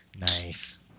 Nice